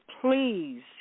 please